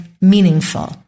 meaningful